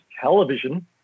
television